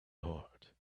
heart